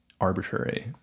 arbitrary